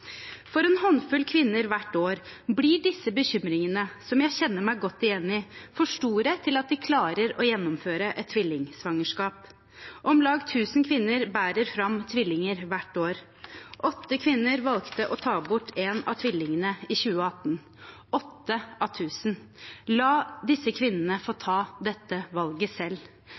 For en håndfull kvinner hvert år blir disse bekymringene, som jeg kjenner meg godt igjen i, for store til at de klarer å gjennomføre et tvillingsvangerskap. Om lag tusen kvinner bærer fram tvillinger hvert år. Åtte kvinner valgte å ta bort en av tvillingene i 2018 – åtte av tusen. La disse kvinnene få ta dette valget selv.